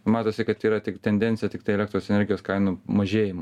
matosi kad yra tik tendencija tiktai elektros energijos kainų mažėjimo